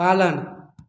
पालन